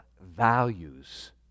values